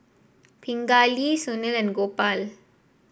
Pingali Sunil and Gopal